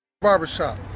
barbershop